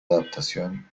adaptación